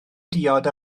diod